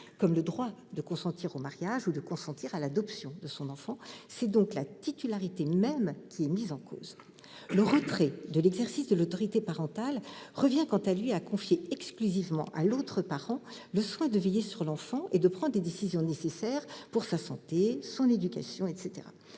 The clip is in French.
comme le droit de consentir au mariage ou celui de consentir à l'adoption de son enfant. C'est donc la titularité même qui est mise en cause. Le retrait de l'exercice de l'autorité parentale revient, quant à lui, à confier exclusivement à l'autre parent le soin de veiller sur l'enfant et de prendre les décisions nécessaires pour sa santé, son éducation, etc.